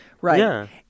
Right